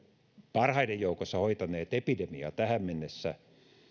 parhaiden joukossa hoitaneet epidemiaa tähän mennessä